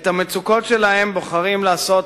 את המצוקות שלהם הם בוחרים לחוות